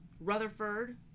Rutherford